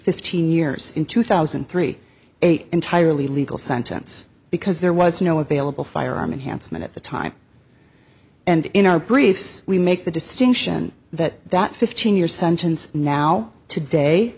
fifteen years in two thousand and three a entirely legal sentence because there was no available firearm and handsome and at the time and in our briefs we make the distinction that that fifteen year sentence now today